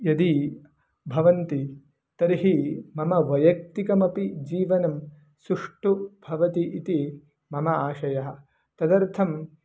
यदि भवन्ति तर्हि मम वैय्यक्तिकमपि जीवनं सुष्ठु भवति इति मम आशयः तदर्थं